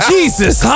Jesus